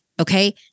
Okay